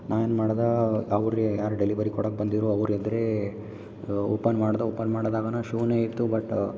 ನಾ ಏನ್ಮಾಡ್ದೆ ಆವ್ರು ಯಾರು ಡೆಲಿವರಿ ಕೊಡೋಕ್ ಬಂದಿದ್ರು ಅವ್ರು ಎದುರೆ ಒಪನ್ ಮಾಡ್ದೆ ಓಪನ್ ಮಾಡ್ದಾಗನ ಶೂನೇ ಇತ್ತು ಬಟ್